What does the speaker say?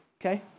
okay